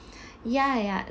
ya ya